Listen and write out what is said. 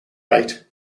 rate